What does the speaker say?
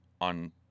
on